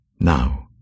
Now